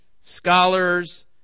scholars